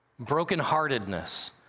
Brokenheartedness